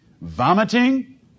vomiting